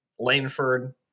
Laneford